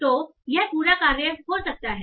तो यह पूरा कार्य हो सकता है